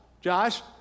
Josh